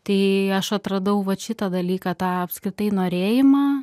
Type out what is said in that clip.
tai aš atradau vat šitą dalyką tą apskritai norėjimą